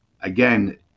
again